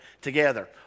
together